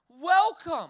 welcome